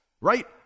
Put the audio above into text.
Right